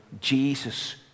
Jesus